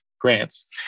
grants